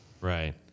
right